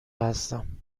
هستم